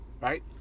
right